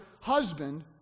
husband